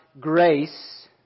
grace